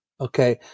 okay